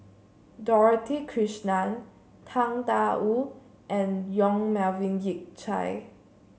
Dorothy Krishnan Tang Da Wu and Yong Melvin Yik Chye